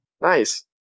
Nice